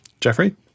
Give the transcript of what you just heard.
Jeffrey